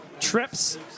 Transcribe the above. Trips